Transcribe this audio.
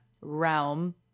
realm